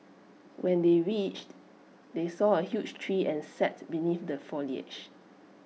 when they reached they saw A huge tree and sat beneath the foliage